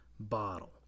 Bottle